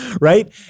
Right